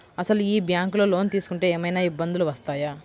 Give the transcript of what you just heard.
అసలు ఈ బ్యాంక్లో లోన్ తీసుకుంటే ఏమయినా ఇబ్బందులు వస్తాయా?